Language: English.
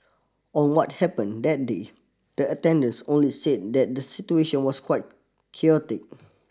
on what happened that day the attendants only said that the situation was quite chaotic